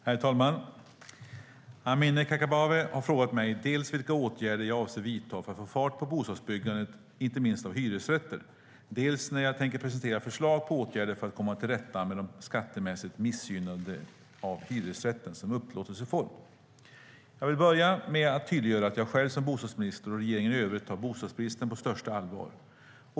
Herr talman! Amineh Kakabaveh har frågat mig dels vilka åtgärder jag avser att vidta för att få fart på bostadsbyggandet, inte minst av hyresrätter, dels när jag tänker presentera förslag på åtgärder för att komma till rätta med det skattemässiga missgynnandet av hyresrätten som upplåtelseform. Jag vill börja med att tydliggöra att jag själv som bostadsminister och regeringen i övrigt tar bostadsbristen på största allvar.